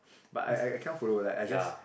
but I I cannot follow like I just